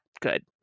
good